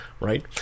right